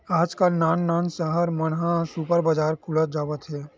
आजकाल नान नान सहर मन म सुपर बजार खुलत जावत हे